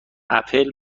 اپل